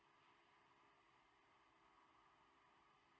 okay